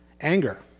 anger